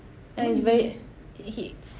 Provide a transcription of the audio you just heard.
err it's very he